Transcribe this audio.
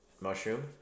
Mushroom